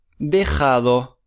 Dejado